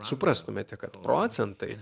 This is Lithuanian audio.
suprastumėte kad procentai